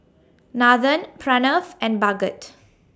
Nathan Pranav and Bhagat